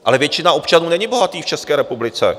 Ale většina občanů není bohatých v České republice.